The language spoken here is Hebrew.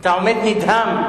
אתה עומד נדהם.